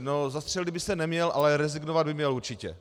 No, zastřelit by se neměl, ale rezignovat by měl určitě.